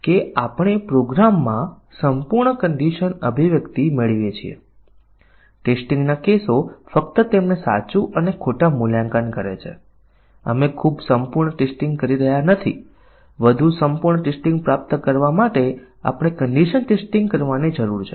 કે પ્રોગ્રામરો એવો કોડ લખે છે કે જ્યારે અમુક ઇનપુટ મૂલ્યો આપવામાં આવે છે તે પછી તે કોડ કાર્ય કરે છે અને સંભવત કેટલાક ડેટાને બહાર અને તેથી આગળ ટ્રાન્સમિટ કરે છે